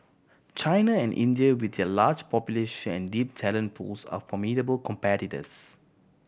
China and India with their large population deep talent pools are formidable competitors